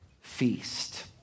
feast